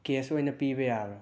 case ꯑꯣꯏꯅ ꯄꯤꯕ ꯌꯥꯕ꯭ꯔꯥ